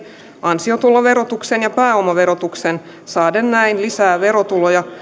ansiotuloverotuksen ja pääomaverotuksen saaden näin lisää verotuloja ja